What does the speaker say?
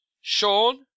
Sean